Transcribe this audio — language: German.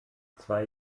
zwei